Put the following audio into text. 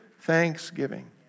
thanksgiving